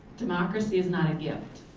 democracy is not a gift.